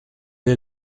est